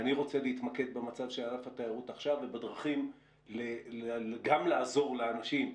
ואני רוצה להתמקד במצב של ענף התיירות עכשיו ובדרכים גם לעזור לאנשים,